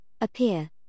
appear